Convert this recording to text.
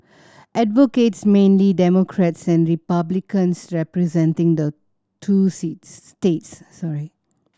advocates mainly Democrats and Republicans representing the two seats states sorry